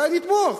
אולי נתמוך.